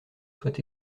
soit